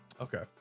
okay